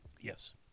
Yes